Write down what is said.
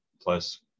plus